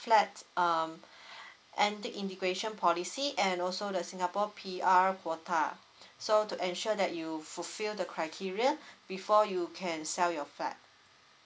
flat um and the immigration policy and also the singapore P_R quota so to ensure that you fulfil the criteria before you can sell your flat